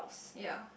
ya